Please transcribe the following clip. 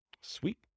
Sweet